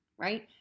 right